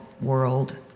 world